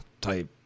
type